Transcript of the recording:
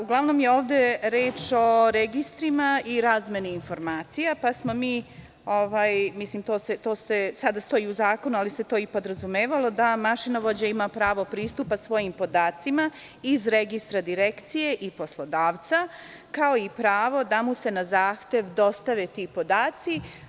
Uglavnom je ovde reč o registrima i o razmeni informacija, pa smo mi, to sada stoji u zakonu, ali se to i podrazumevalo da mašinovođa ima pravo pristupa svojim podacima iz registra Direkcije i poslodavca, kao i pravo da mu se na zahtev dostave ti podaci.